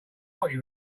rocky